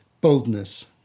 boldness